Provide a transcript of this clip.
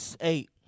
Eight